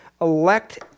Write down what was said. elect